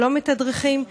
שלא מתדרכים,